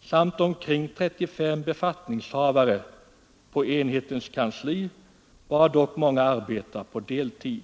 samt omkring 35 befattningshavare på enhetens kansli, varav dock många arbetar på deltid.